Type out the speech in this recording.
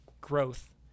growth